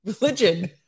religion